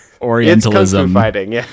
orientalism